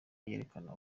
yerekana